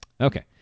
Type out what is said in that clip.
Okay